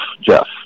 Jeff